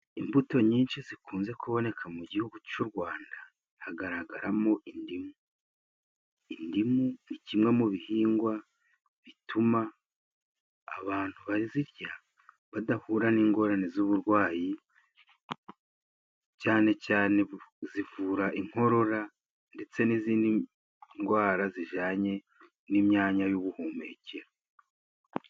Imbuto nyinshi zikunze kuboneka mu gihugu cy'u Rwanda hagaragaramo indimu; indimu ni kimwe mu bihingwa bituma abantu bazirya badahura n'ingorane z'uburwayi cyane cyane zivura, inkorora ndetse n'izindi ndwara zijyanye n'imyanya y'ubuhumekero.